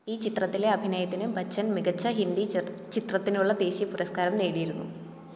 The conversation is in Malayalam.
ഈ ചിത്രത്തിലെ അഭിനയത്തിന് ബച്ചൻ മികച്ച ഹിന്ദി ചി ചിത്രത്തിനുള്ള ദേശീയപുരസ്കാരം നേടിയിരുന്നു